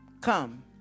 Come